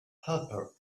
helper